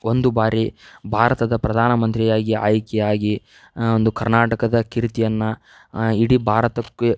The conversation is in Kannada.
ಒಂದು ಬಾರಿ ಭಾರತದ ಪ್ರಧಾನಮಂತ್ರಿಯಾಗಿ ಆಯ್ಕೆಯಾಗಿ ಒಂದು ಕರ್ನಾಟಕದ ಕೀರ್ತಿಯನ್ನ ಇಡೀ ಭಾರತಕ್ಕೆ